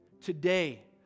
Today